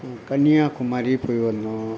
கன்னியாகுமரி போய் வந்தோம்